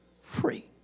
free